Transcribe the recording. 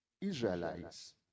Israelites